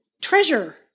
treasure